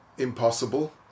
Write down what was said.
impossible